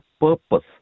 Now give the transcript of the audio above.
purpose